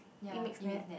ya Nat